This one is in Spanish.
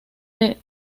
del